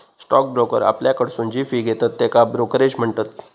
stock broker आपल्याकडसून जी fee घेतत त्येका ब्रोकरेज म्हणतत